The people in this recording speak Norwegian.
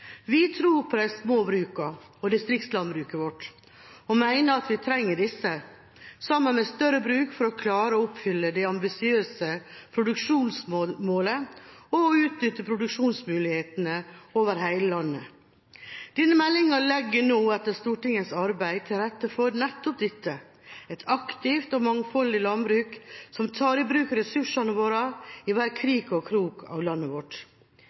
Vi tror på de små brukene og distriktslandbruket vårt og mener at vi trenger disse, sammen med større bruk, for å klare å oppfylle det ambisiøse produksjonsmålet og å utnytte produksjonsmulighetene over hele landet. Denne meldinga legger nå, etter Stortingets arbeid, til rette for nettopp dette – et aktivt og mangfoldig landbruk, som tar i bruk ressursene våre i hver krik og krok av landet vårt.